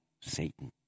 Satan